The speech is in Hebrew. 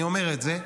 אני אומר את זה,